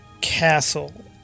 castle